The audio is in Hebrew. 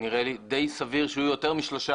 נראה לי די סביר שיהיו יותר משלושה